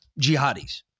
jihadis